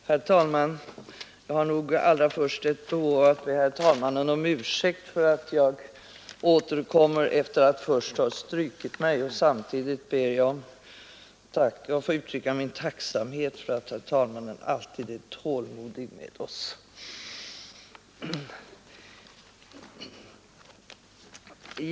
Herr talman! Jag har ett behov av att allra först be herr talmannen om ursäkt för att jag går upp i debatten efter att tidigare ha strukit mitt namn från talarlistan. Samtidigt ber jag att få uttrycka min tacksamhet för att herr talmannen alltid är tålmodig med oss.